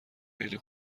خیلی